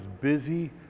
busy